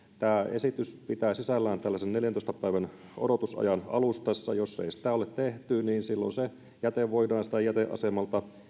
esitys pitää sisällään neljäntoista päivän odotusajan alustassa jos ei sitä ole tehty niin silloin se jäte voidaan jäteasemalta